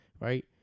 right